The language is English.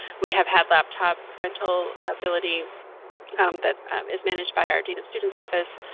we have had laptop rental ability that is managed by our dean of students office.